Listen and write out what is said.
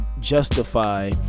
justify